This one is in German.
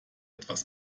etwas